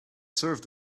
served